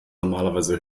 normalerweise